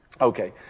Okay